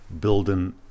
building